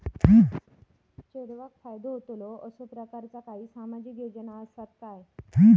चेडवाक फायदो होतलो असो प्रकारचा काही सामाजिक योजना असात काय?